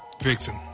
Victim